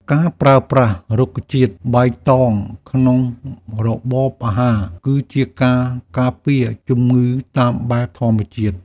ការប្រើប្រាស់រុក្ខជាតិបៃតងក្នុងរបបអាហារ គឺជាការការពារជំងឺតាមបែបធម្មជាតិ។